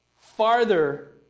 farther